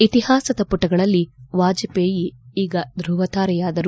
ಇತಿಹಾಸದ ಮಟಗಳಲ್ಲಿ ವಾಜಪೇಯಿ ಈಗ ಧ್ವವತಾರೆಯಾದರು